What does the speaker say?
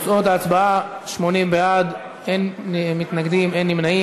תוצאות ההצבעה: 80 בעד, אין מתנגדים, אין נמנעים.